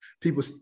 People